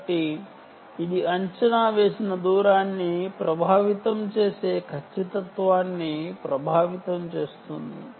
కాబట్టి ఇది అంచనా వేసిన దూరాన్ని ప్రభావితం చేస్తుంది ఖచ్చితత్వాన్ని ప్రభావితం చేస్తుంది